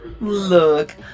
Look